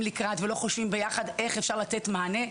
לקראת ולא חושבים יחד איך אפשר לתת מענה.